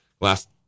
last